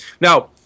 now